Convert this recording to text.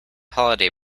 holiday